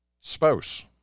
spouse